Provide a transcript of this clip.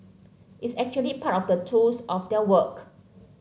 it's actually part of the tools of their work